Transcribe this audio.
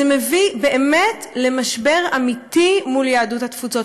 זה מביא באמת למשבר אמיתי מול יהדות התפוצות.